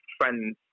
friends